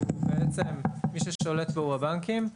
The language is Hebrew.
שמי ששולט בו הוא הבנקים,